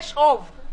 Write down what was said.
יש רוב.